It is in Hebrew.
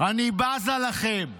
אני בזה לכם.